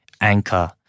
anchor